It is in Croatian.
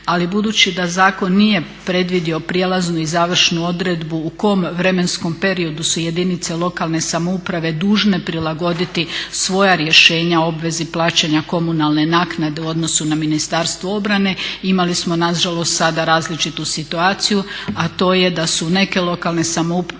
ali budući da zakon nije predvidio prijelaznu i završnu odredbu u kom vremenskom periodu su jedinice lokalne samouprave dužne prilagoditi svoja rješenja o obvezi plaćanja komunalne naknade u odnosu na Ministarstvo obrane. Imali smo nažalost sada različitu situaciju, a to je da su neke lokalne samouprave